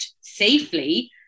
safely